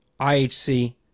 ihc